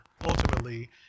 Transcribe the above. ultimately